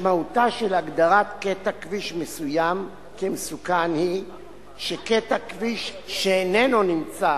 משמעותה של הגדרת קטע כביש מסוים כמסוכן היא שקטע כביש שאיננו נמצא